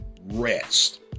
rest